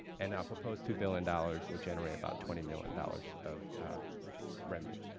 and our proposed two billion dollars would generate about twenty million dollars of revenue.